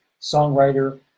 songwriter